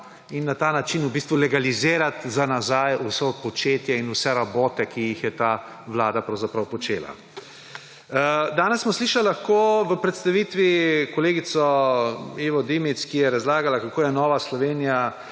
in na ta način bi v bistvu legalizirali za nazaj vso početje in vse rabote, ki jih je ta vlada počela. Danes smo v predstavitvi slišali kolegico Ivo Dimic, ki je razlagala, kako je Nova Slovenija